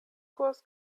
kurs